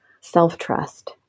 self-trust